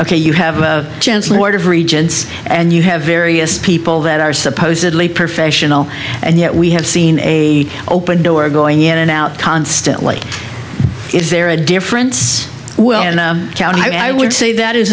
ok you have a chance lord of regents and you have various people that are supposedly professional and yet we have seen a open door going in and out constantly is there a difference and i would say that is